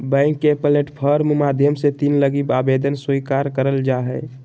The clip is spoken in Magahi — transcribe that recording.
बैंक के प्लेटफार्म माध्यम से लोन लगी आवेदन स्वीकार करल जा हय